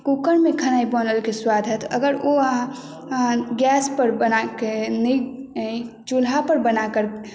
कुकरमे खेनाइ बनलके स्वाद हैत अगर ओ अहाँ गैसपर बनाके नहि चूल्हापर बनाकर